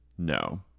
No